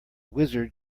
wizard